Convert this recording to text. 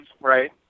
right